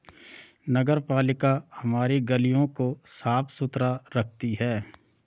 नगरपालिका हमारी गलियों को साफ़ सुथरा रखती है